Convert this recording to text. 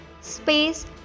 Space